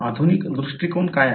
आधुनिक दृष्टिकोन काय आहे